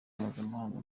mpuzamahanga